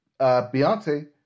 Beyonce